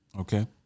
Okay